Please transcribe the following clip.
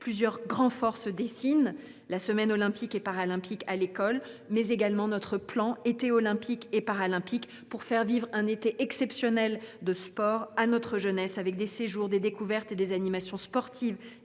les prochaines semaines : la Semaine olympique et paralympique, la SOP, ainsi que le plan Été olympique et paralympique, pour faire vivre un été exceptionnel de sport à notre jeunesse, avec des séjours, des découvertes et des animations sportives